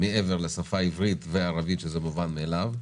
מעבר לשפה העברית וערבית שזה מובן מאליו,